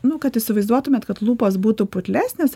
nu kad įsivaizduotumėt kad lūpos būtų putlesnės